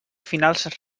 finals